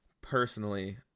personally